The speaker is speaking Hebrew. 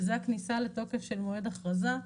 הכניסה לתוקף של מועד האכרזה.